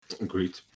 agreed